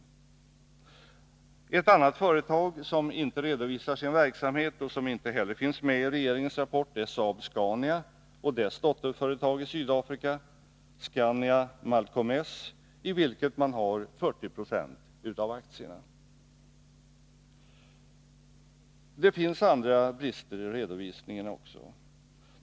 Ett annat företag som inte redovisar sin verksamhet och som inte heller finns med i regeringens rapport är Saab-Scania och dess dotterbolag i Sydafrika, Scania Malcomess, i vilket man har 40 96 av aktierna. Det finns andra brister i redovisningen också.